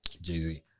Jay-Z